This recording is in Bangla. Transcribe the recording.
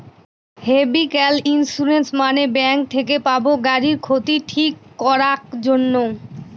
ভেহিক্যাল ইন্সুরেন্স মানে ব্যাঙ্ক থেকে পাবো গাড়ির ক্ষতি ঠিক করাক জন্যে